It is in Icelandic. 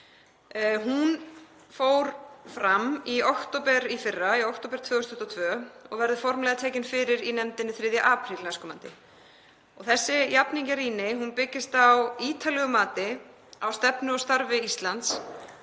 Hún fór fram í október í fyrra, 2022, og verður formlega tekin fyrir í nefndinni 3. apríl nk. Þessi jafningjarýni byggist á ítarlegu mati á stefnu og starfi Íslands